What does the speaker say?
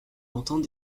entend